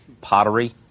pottery